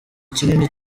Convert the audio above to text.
kinini